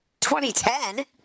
2010